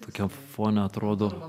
tokiam fone atrodo